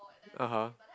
(uh huh)